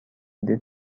معده